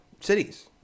cities